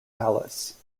palace